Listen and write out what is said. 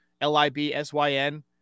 L-I-B-S-Y-N